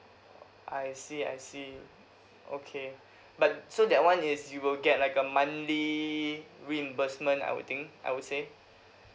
I see I see okay but so that one is you will get like a monthly reimbursement I would think I would say